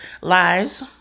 Lies